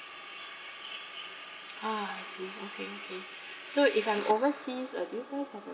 ah I see okay okay so if I'm overseas uh do you guys have a